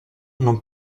non